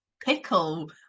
pickle